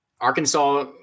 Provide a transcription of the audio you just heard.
Arkansas